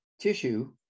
tissue